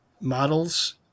models